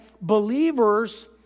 believers